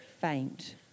faint